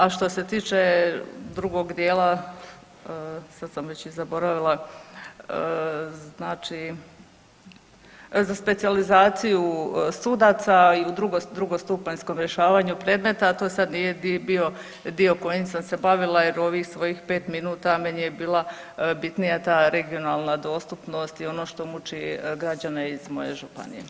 A što se tiče drugog dijela sad sam već i zaboravila, znači za specijalizaciju sudaca i u drugostupanjskom rješavanju predmeta to sad nije bio dio kojim sam se bavila jer ovih svojih pet minuta meni je bila bitnija ta regionalna dostupnost i ono što muči građane iz moje županije.